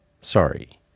Sorry